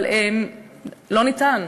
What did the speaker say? אבל לא ניתן.